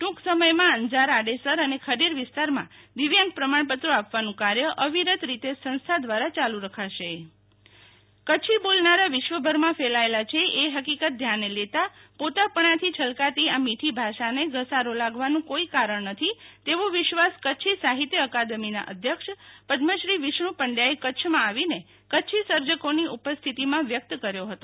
ટ્રંક સમયમાં અંજાર આડેસર અને ખડીર વિસ્તારમાં દિવ્યાંગ પ્રમાણપત્રો આપવાનું કાર્ય અવિરત રીતે સંસ્થાદ્રારા ચાલુ રાખશે શીતલ વૈશ્નવ કચ્છી સાહિત્ય અકાદમી કચ્છી બોલનારા વિશ્વભરમાં ફેલાચેલા છે એ હકીકત ધ્યાને લેતાં ેપોતાપણાથી છલકાતી આ મીઠી ભાષાને ધસારો લાગવાનું કોઇ કારણ નથી તેવો વિશ્વાસ કચ્છી સાહિત્ય અકાદમીના અધ્યક્ષ પદ્મશ્રી વિષ્ણુ પંડયાએ કચ્છમાં આવીને કચ્છી સર્જકોની ઉપસ્થિતિમાં વ્યક્ત કર્યો હતો